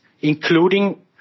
including